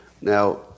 Now